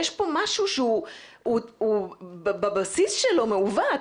יש פה משהו שהוא בבסיס שלו מעוות.